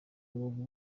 rubavu